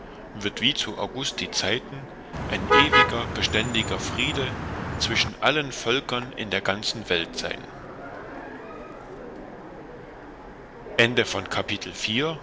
wird wie zu augusti zeiten ein ewiger beständiger friede zwischen allen völkern in der ganzen welt sein